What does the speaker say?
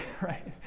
right